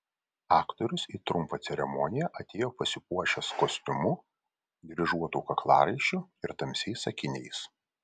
aktorius į trumpą ceremoniją atėjo pasipuošęs kostiumu dryžuotu kaklaraiščiu ir tamsiais akiniais